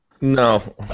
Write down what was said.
No